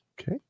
Okay